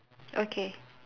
okay